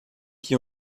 qui